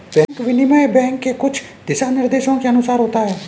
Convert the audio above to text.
bank विनिमय bank के कुछ दिशानिर्देशों के अनुसार होता है